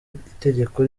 itegeko